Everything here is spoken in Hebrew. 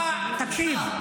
תקשיב,